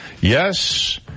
Yes